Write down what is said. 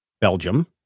Belgium